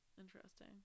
Interesting